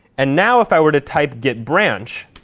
and now, if i were to type git branch,